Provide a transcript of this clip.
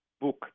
book